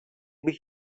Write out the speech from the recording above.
bych